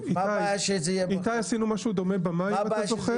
איתי עשינו משהו דומה במים אם אתה זוכר?